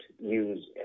use